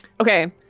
Okay